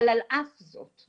אך על אף זאת,